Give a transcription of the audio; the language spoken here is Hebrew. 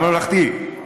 בממלכתי.